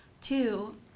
Two